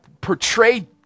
portrayed